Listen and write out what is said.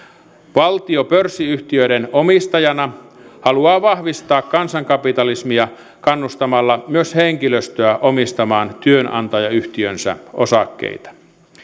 valtio pörssiyhtiöiden omistajana haluaa vahvistaa kansankapitalismia kannustamalla myös henkilöstöä omistamaan työnantajayhtiönsä osakkeita